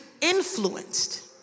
influenced